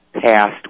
past